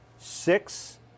Six